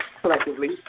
collectively